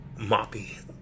moppy